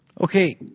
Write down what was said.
Okay